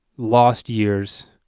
lost year's